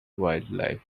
wildlife